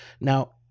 Now